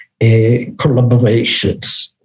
collaborations